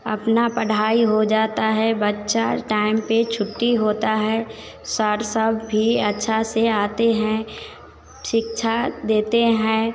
अपना पढ़ाई हो जाता है बच्चा टाइम पे छुट्टी होता है साथ साथ भी अच्छा से आते हैं शिक्षा देते हैं